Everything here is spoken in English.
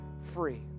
free